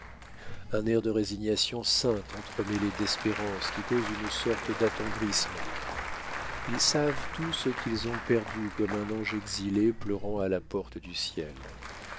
un air de résignation sainte entremêlée d'espérance qui cause une sorte d'attendrissement ils savent tout ce qu'ils ont perdu comme un ange exilé pleurant à la porte du ciel